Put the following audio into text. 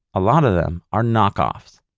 a lot of them are knock offs.